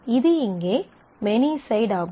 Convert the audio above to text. இது இங்கே many side ஆகும்